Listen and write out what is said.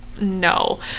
no